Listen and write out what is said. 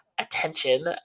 attention